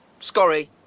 Scorry